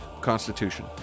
Constitution